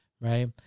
right